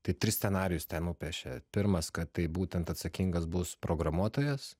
tai tris scenarijus ten nupiešė pirmas kad tai būtent atsakingas bus programuotojas